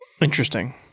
Interesting